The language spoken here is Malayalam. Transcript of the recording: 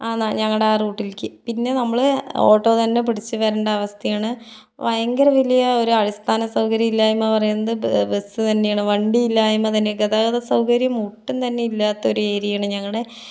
ആ ഞങ്ങളുടെ റൂട്ടിലേക്ക് പിന്നേ നമ്മള് ഓട്ടോ തന്നേ പിടിച്ച് വരണ്ട അവസ്ഥയാണ് ഭയങ്കര വലിയ ഒരു അടിസ്ഥാന സൗകര്യ ഇല്ലായ്മ പറയുന്നത് ബ ബസ്സ് തന്നെയാണ് വണ്ടി ഇല്ലായ്മ തന്നെയാണ് ഗതാഗത സൗകര്യം ഒട്ടും തന്നേ ഇല്ലാത്തൊരു ഏരിയയാണ് ഞങ്ങളുടെ